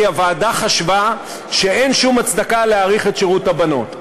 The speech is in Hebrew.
כי הוועדה חשבה שאין שום הצדקה להאריך את שירות הבנות.